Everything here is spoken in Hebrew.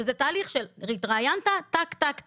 שזה תהליך שהתראיינת טק טק טק,